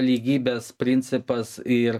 lygybės principas ir